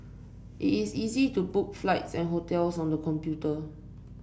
it is easy to book flights and hotels on the computer